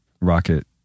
Rocket